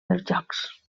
dels